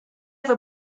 fue